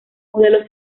modelo